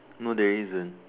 no there isn't